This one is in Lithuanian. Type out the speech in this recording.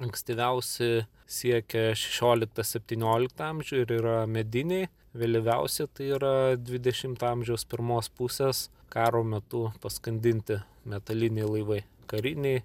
ankstyviausi siekia šešioliktą septynioliktą amžių ir yra mediniai vėlyviausia tai yra dvidešimto amžiaus pirmos pusės karo metu paskandinti metaliniai laivai kariniai